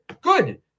good